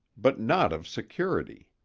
but not of security.